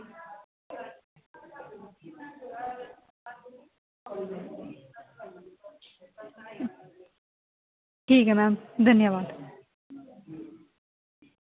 ठीक ऐ मैम धन्यबाद